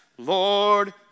Lord